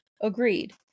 agreed